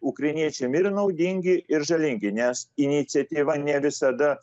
ukrainiečiam ir naudingi ir žalingi nes iniciatyva ne visada